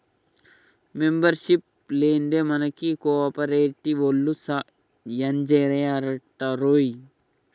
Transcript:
membership లేందే మనకు కోఆపరేటివోల్లు సాయంజెయ్యరటరోయ్